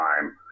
time